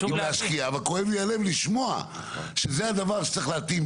אבל כואב לי הלב לשמוע שזה הדבר שצריך להתאים,